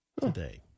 today